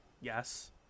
Yes